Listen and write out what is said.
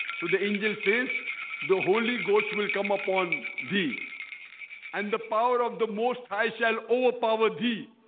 so the angel says the holy ghost will come upon thee and the power of the most high shall overpower thee,